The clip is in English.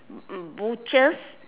mm butchers